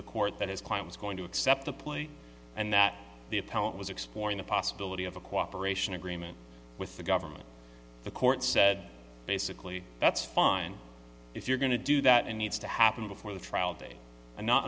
the court that his client was going to accept the plea and that the appellant was exploring the possibility of a cooperation agreement with the government the court said basically that's fine if you're going to do that and needs to happen before the trial date and not